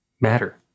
matter